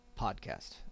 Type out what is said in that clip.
Podcast